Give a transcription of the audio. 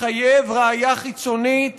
לחייב ראיה חיצונית